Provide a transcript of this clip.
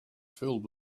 filled